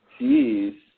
Jeez